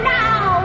now